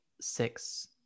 six